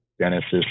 Genesis